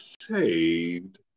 saved